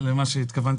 שההחלטה שהתקבלה